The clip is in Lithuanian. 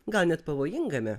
gal net pavojingame